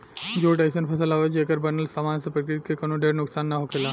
jute अइसन फसल हवे, जेकर बनल सामान से प्रकृति के कवनो ढेर नुकसान ना होखेला